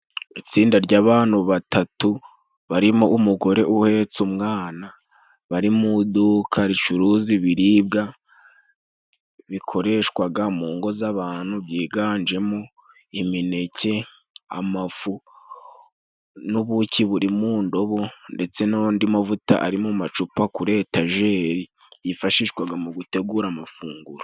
Itsinda ry'abantu batatu, barimo umugore uhetse umwana, bari mu duka ricuruza ibiribwa bikoreshwaga mu ngo z'abantu byiganjemo imineke, amafu n'ubuki buri mu ndobo, ndetse n'andi mavuta ari mu macupa kuri etajeri yifashishwaga mu gutegura amafunguro.